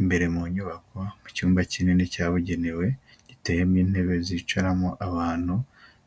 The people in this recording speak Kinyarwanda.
Imbere mu nyubako, mu icyumba kinini cyabugenewe, giteyemo intebe zicaramo abantu,